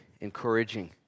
encouraging